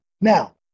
now